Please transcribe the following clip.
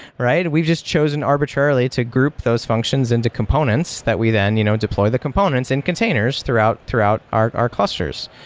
we've just chosen arbitrarily to group those functions into components that we then you know deploy the components and containers throughout throughout our our clusters.